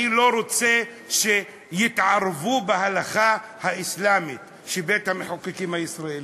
אני לא רוצה שיתערבו בהלכה האסלאמית בבית-המחוקקים הישראלי.